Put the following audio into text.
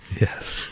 Yes